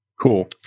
Cool